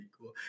cool